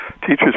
Teachers